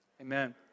Amen